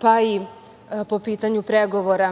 pa i po pitanju pregovora